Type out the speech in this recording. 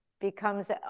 becomes